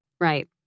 Right